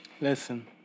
Listen